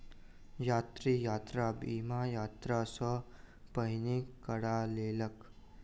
यात्री, यात्रा बीमा, यात्रा सॅ पहिने करा लेलक